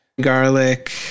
Garlic